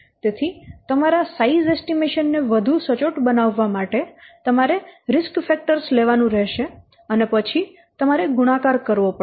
તેથી તમારા size estimation ને વધુ સચોટ બનાવવા માટે તમારે રિસ્ક ફેક્ટર્સ લેવાનું રહેશે અને પછી તમારે ગુણાકાર કરવો પડશે